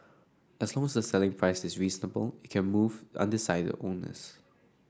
as long as selling price is reasonable it can move undecided owners